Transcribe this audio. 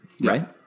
right